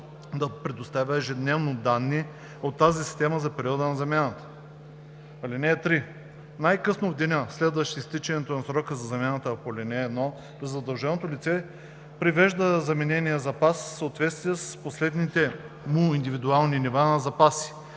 да предоставя ежедневно данни от тази система за периода на замяната. (3) Най-късно в деня, следващ изтичането на срока за замяната по ал. 1, задълженото лице привежда заменения запас в съответствие с последните му индивидуални нива на запаси,